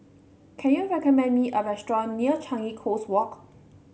can you recommend me a restaurant near Changi Coast Walk